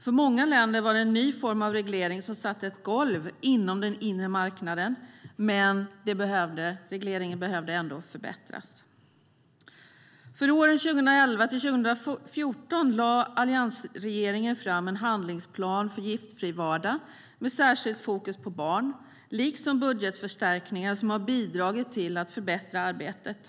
För många länder var det en ny form av reglering, som satte ett golv inom den inre marknaden, men den behövde förbättras. För åren 2011-2014 lade alliansregeringen fram en handlingsplan för giftfri vardag med särskilt fokus på barn liksom budgetförstärkningar som har bidragit till att förbättra arbetet.